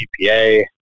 GPA